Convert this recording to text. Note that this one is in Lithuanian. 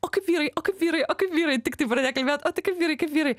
o kaip vyrai o kaip vyrai o kaip vyrai tiktai pradėk kalbėt o tai kaip vyrai kaip vyrai